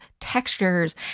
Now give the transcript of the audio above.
textures